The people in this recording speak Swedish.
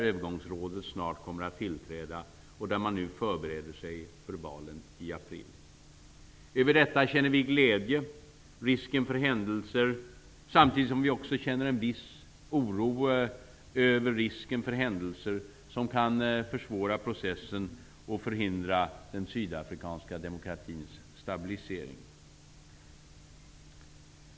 Övergångsrådet kommer snart att tillträda, och man förbereder sig nu för valen i april. Över detta känner vi glädje, samtidigt som vi också känner en viss oro över risken för händelser som kan försvåra processen och förhindra den sydafrikanska demokratins stabilisering.